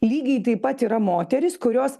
lygiai taip pat yra moterys kurios